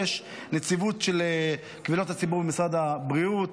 יש נציבות של קבילות הציבור במשרד הבריאות,